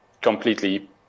completely